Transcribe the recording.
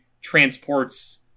transports